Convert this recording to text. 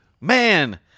Man